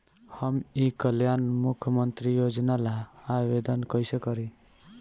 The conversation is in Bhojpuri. हम ई कल्याण मुख्य्मंत्री योजना ला आवेदन कईसे करी?